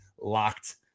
locked